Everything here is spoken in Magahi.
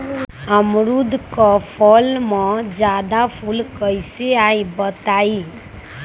अमरुद क फल म जादा फूल कईसे आई बताई?